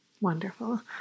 Wonderful